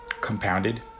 compounded